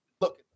look